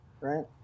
right